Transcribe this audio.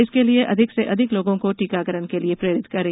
इसके लिए अधिक से अधिक लोगों को टीकाकरण के लिए प्रेरित करें